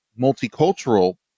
multicultural